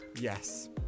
Yes